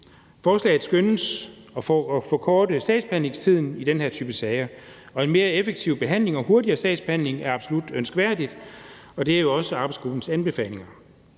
Forslaget skønnes at forkorte sagsbehandlingstiden i den her type sager, og en mere effektiv behandling og hurtigere sin sagsbehandling er absolut ønskværdig, og det er jo også arbejdsgruppens anbefalinger.